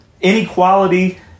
Inequality